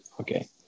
okay